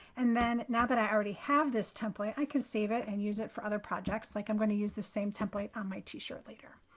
and then now that i already have this template, i can save it and use it for other projects. like i'm going to use the same template on my t-shirt later.